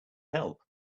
help